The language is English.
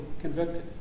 convicted